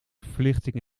verlichting